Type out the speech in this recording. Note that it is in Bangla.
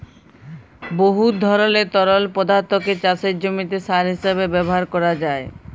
বহুত ধরলের তরল পদাথ্থকে চাষের জমিতে সার হিঁসাবে ব্যাভার ক্যরা যায়